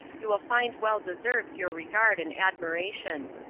you will find well deserves your regard and admiration.